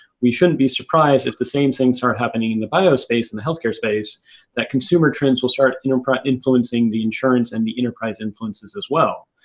we shouldn't be surprised if the same things start happening in the bio space and the healthcare space that consumer trends will start influencing the insurance and the enterprise influences as well.